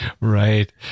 Right